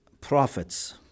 prophets